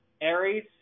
Aries